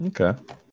Okay